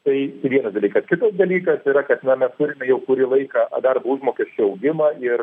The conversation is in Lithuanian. tai vienas dalykas kitas dalykas yra kad na mes turime jau kurį laiką darbo užmokesčio augimą ir